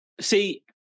See